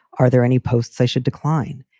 are there any posts i should decline?